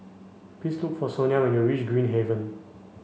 please look for Sonia when you reach Green Haven